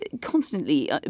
constantly